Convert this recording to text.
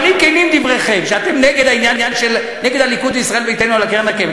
אבל אם כנים דבריכם שאתם נגד הליכוד וישראל ביתנו על הקרן הקיימת,